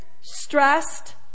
stressed